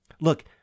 Look